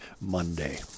Monday